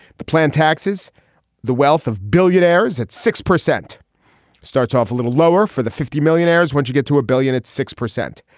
the plan taxes the wealth of billionaires at six percent starts off a little lower for the fifty millionaires when you get to a billion it's six percent.